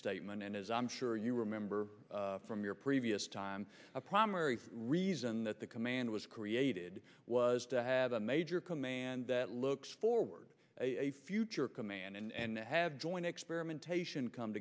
statement and as i'm sure you remember from your previous time a primary reason that the command was created was to have a major command that looks forward to a future command and to have joint experimentation come